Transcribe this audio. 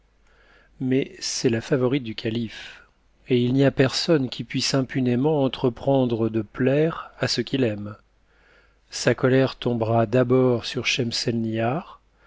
mais c'est la favorite du caiife et il n'y a personne qui puisse impunément entreprendre de plaire à ce qu'il aime sa colère tombera d'abord sur